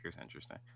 interesting